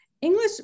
English